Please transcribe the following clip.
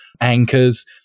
anchors